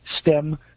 stem